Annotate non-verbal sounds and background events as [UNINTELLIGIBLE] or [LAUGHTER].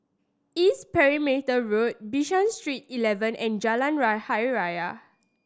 East Perimeter Road Bishan Street Eleven and Jalan [UNINTELLIGIBLE] Hari Raya